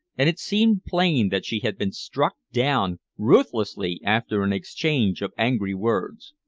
and it seemed plain that she had been struck down ruthlessly after an exchange of angry words.